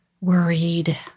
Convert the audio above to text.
worried